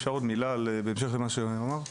אפשר עוד מילה בנוגע למה שהוא אמר?